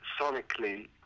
sonically